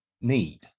need